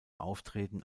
aufträgen